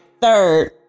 Third